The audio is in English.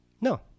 No